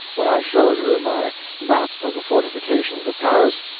when i showed her my map of the fortifications of paris,